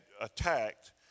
attacked